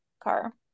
car